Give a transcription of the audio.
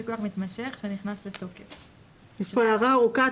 כוח מתמשך שנכנס לתוקף יש פה הערה ארוכה.